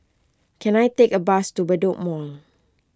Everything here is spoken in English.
can I take a bus to Bedok Mall